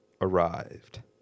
arrived